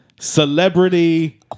celebrity